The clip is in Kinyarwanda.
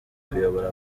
kuyobora